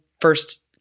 first